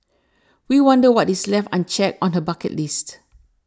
we wonder what is left unchecked on her bucket list